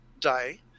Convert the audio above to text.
day